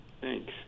Thanks